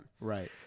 Right